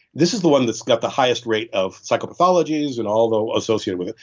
this is the one that's got the highest rate of psychopathologies and all those associated with it.